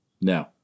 No